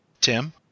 tim